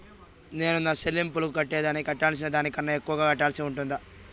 నేను నా సెల్లింపులకు కట్టేదానికి కట్టాల్సిన దానికన్నా ఎక్కువగా కట్టాల్సి ఉంటుందా?